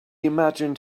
imagined